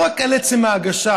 לא רק על עצם ההגשה,